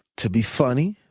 to be funny,